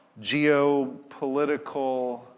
geopolitical